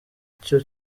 icyo